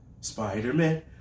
Spider-Man